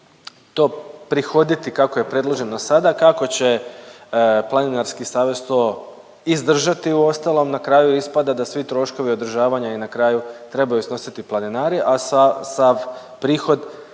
to prihoditi kako je predloženo sada. Kako će Planinarski savez to izdržati uostalom, na kraju ispada da svi troškovi održavanja na kraju trebaju snositi planinari, a sav prihod